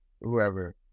whoever